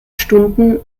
stunden